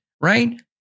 right